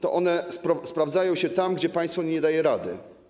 To one sprawdzają się tam, gdzie państwo nie daje rady.